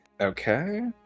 Okay